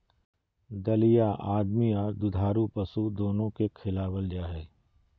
दलिया आदमी आर दुधारू पशु दोनो के खिलावल जा हई,